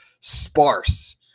sparse